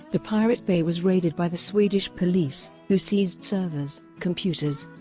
the pirate bay was raided by the swedish police, who seized servers, computers,